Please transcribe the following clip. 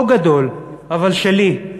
לא גדול, אבל שלי.